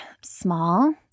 small